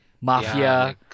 Mafia